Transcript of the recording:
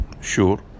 Sure